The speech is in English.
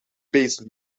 based